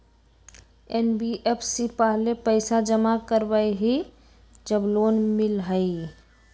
NBFC पहले पईसा जमा करवहई जब लोन मिलहई?